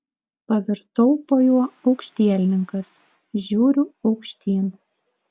pavirtau po juo aukštielninkas žiūriu aukštyn